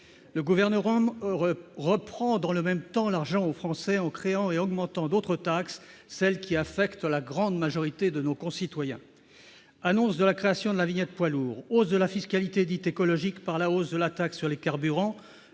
Le Gouvernement reprend dans le même temps cet argent aux Français en créant et en augmentant d'autres taxes, qui affectent la grande majorité de nos concitoyens : annonce de la création de la vignette poids lourds, hausse de la fiscalité dite écologique par le relèvement de la taxe sur les carburants-